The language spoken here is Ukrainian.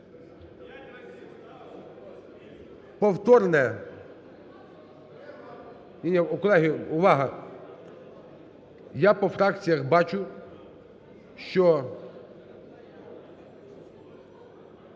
Повторне!.. Колеги, увага! Я по фракціях бачу, що